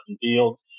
Fields